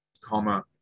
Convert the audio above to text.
comma